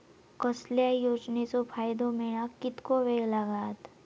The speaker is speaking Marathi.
कसल्याय योजनेचो फायदो मेळाक कितको वेळ लागत?